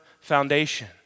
foundation